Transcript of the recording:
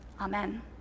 Amen